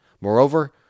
Moreover